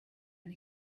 and